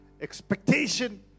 expectation